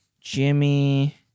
Jimmy